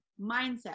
mindset